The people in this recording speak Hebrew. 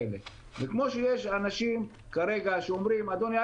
כמו שיש אנשים כרגע שאומרים: אדוני,